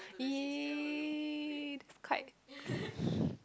!ee! that's quite